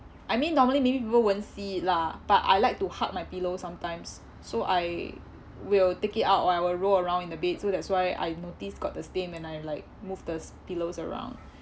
I mean normally maybe people won't see it lah but I like to hug my pillow sometimes so I will take it out I will roll around in the bed so that's why I notice got the stain and I like move the pillows around